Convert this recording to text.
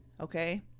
Okay